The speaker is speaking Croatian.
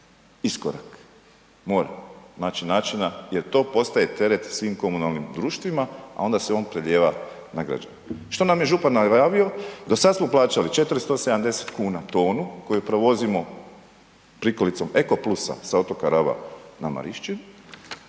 iskorak. Mora naći načina jer to postaje teret svim komunalnim društvima a onda se on prelijeva na građane. Što nam je župan najavio? Dosad smo plaćali 470 kn tonu koju prevozimo prikolicom Eko plusa sa otoka Raba na Marišćinu,